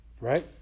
Right